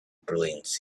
brilliance